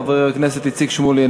חבר הכנסת איציק שמולי,